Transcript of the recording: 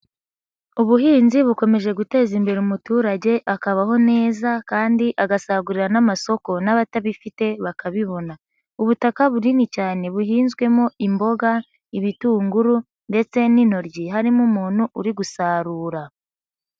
Ubuhinzi bukomeje guteza imbere umuturage akabaho neza kandi agasagurira n'amasoko n'abatabifite bakabibona. Ubutaka bunini cyane buhinzwemo imboga, ibitunguru ndetse n'intoryi harimo umuntu uri gusarura.